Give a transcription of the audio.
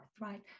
right